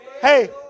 Hey